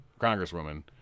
Congresswoman